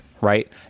Right